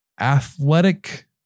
athletic